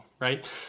Right